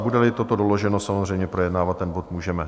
Budeli toto doloženo, samozřejmě projednávat ten bod můžeme.